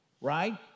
Right